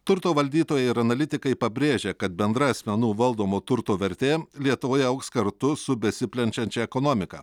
turto valdytojai ir analitikai pabrėžia kad bendra asmenų valdomo turto vertė lietuvoje augs kartu su besiplenčiančia ekonomika